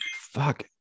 fuck